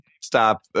stop